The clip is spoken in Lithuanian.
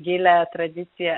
gilią tradiciją